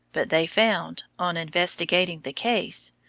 but they found, on investigating the case,